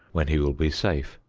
when he will be safe.